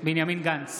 בנימין גנץ,